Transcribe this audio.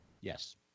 yes